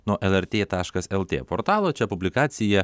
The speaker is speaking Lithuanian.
nuo lrt taškas lt portalo čia publikacija